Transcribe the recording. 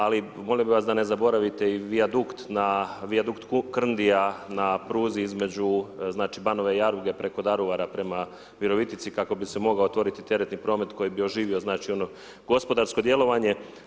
Ali molio bih vas da ne zaboravite i vijadukt na, vijadukt Krndija na pruzi između znači Banove Jaruge preko Daruvara, prema Virovitici kako bi se mogao otvoriti teretni promet koji bi oživio znači ono gospodarsko djelovanje.